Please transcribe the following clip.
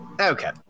Okay